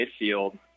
midfield